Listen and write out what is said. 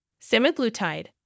Semaglutide